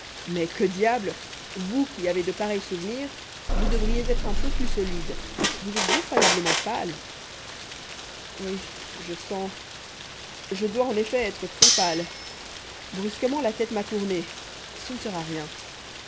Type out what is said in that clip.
mais que diable vous qui avez de pareils souvenirs vous devriez être un peu plus solide vous êtes effroyablement pâle oui je sens je dois en effet être très pâle brusquement la tête m'a tourné ce ne sera rien